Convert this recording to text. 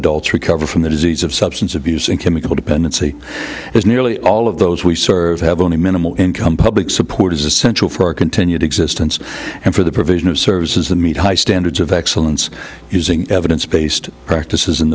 adults recover from the disease of substance abuse and chemical dependency as nearly all of those we serve have only minimal public support is essential for our continued existence and for the provision of services to meet high standards of excellence using evidence based practice is in